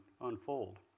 unfold